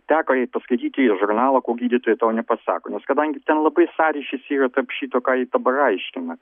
teko jai paskaityti žurnalą gydytojai to nepasako nes kadangi ten labai sąryšis yra tarp šito ką ji dabar aiškina